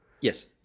Yes